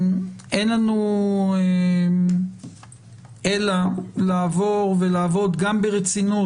אין לנו אלא לעבור ולעבוד גם ברצינות